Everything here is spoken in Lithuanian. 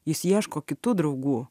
jis ieško kitų draugų